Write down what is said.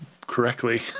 correctly